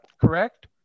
correct